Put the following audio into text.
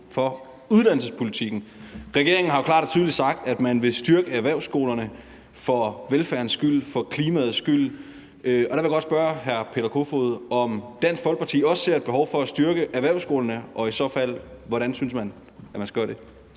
for uddannelsespolitikken. Regeringen har jo klart og tydeligt sagt, at man vil styrke erhvervsskolerne for velfærdens skyld og for klimaets skyld, og der vil jeg godt spørge hr. Peter Kofod, om Dansk Folkeparti også ser et behov for at styrke erhvervsskolerne, og i så fald hvordan man synes man skal gøre det.